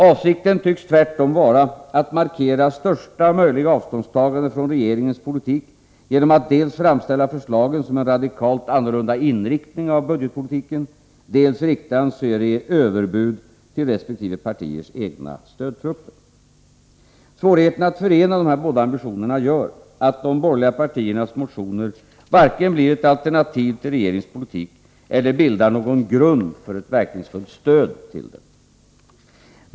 Avsikten tycks tvärtom vara att markera största möjliga avståndstagande från regeringens politik genom att dels framställa förslagen som en radikalt annorlunda inriktning av finanspolitiken, dels rikta en serie överbud till resp. partiers egna stödtrupper. Svårigheterna att förena dessa båda ambitioner gör att de borgerliga partiernas motioner varken blir ett alternativ till regeringens politik eller bildar någon grund för ett verkningsfullt stöd för den.